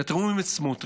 כשאתם רואים את סמוטריץ',